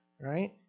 right